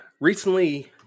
Recently